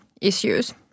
Issues